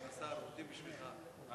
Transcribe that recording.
חוק לתיקון פקודת בתי-הסוהר (מס' 42),